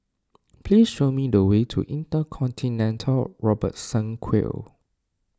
please show me the way to Intercontinental Robertson Quay